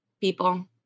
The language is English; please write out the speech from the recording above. people